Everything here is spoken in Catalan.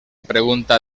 pregunta